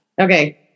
Okay